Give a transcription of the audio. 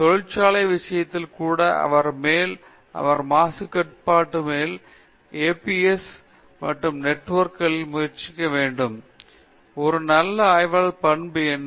தொழிற்சாலை விஷயத்தில் கூட அவர் மேல் அவர் மாசு கட்டுப்பாட்டு மேல் பத்து தோழர்களே ஒன்றாகும் அவர் திசைமாற்றி மேல் பத்து தோழர்களே ஒன்றாகும் அவர் ஏபிஎஸ் முதல் பத்து தோழர்களே ஒன்றாகும் அவர் நெட்வொர்க்குகளில் முதல் பத்து பையன்கள் ஒரு நல்ல ஆய்வாளரின் பண்பு என்ன